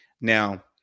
Now